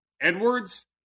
Edwards